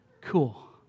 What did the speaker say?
cool